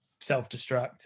self-destruct